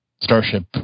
starship